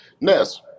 Ness